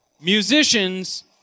Musicians